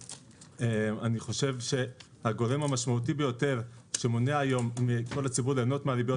אני חושב שהגורם המשמעותי ביותר שמונע היום מכל הציבור ליהנות מהריביות